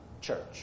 church